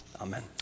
amen